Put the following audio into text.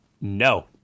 no